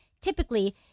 typically